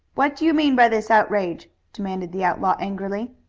what do you mean by this outrage? demanded the outlaw angrily.